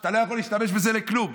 שאתה לא יכול להשתמש בזה לכלום,